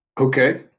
Okay